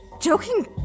Joking